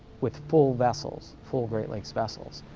with full vessels, full great lakes vessels,